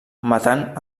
matant